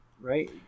Right